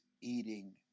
eating